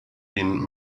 been